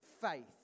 faith